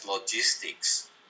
logistics